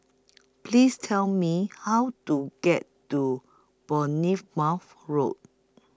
Please Tell Me How to get to Bournemouth Road